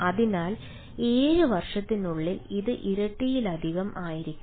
അതിനാൽ 7 വർഷത്തിനുള്ളിൽ ഇത് ഇരട്ടിയിലധികം ആയിരിക്കാം